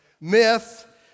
myth